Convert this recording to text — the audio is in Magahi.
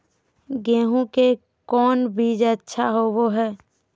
गेंहू के कौन बीज अच्छा होबो हाय?